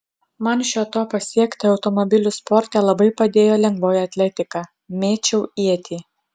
man šio to pasiekti automobilių sporte labai padėjo lengvoji atletika mėčiau ietį